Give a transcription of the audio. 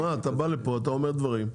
אתה בא לפה אתה אומר דברים,